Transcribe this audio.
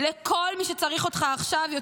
כל הסמנכ"לים פרשו.